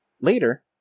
later